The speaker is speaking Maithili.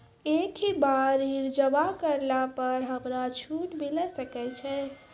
एक ही बार ऋण जमा करला पर हमरा छूट मिले सकय छै?